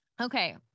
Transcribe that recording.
Okay